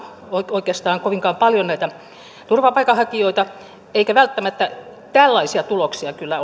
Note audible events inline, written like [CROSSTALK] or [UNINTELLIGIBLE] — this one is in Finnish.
oikeastaan kovinkaan paljon turvapaikanhakijoita eikä välttämättä tällaisia tuloksia kyllä [UNINTELLIGIBLE]